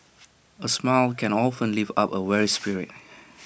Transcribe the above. A smile can often lift up A weary spirit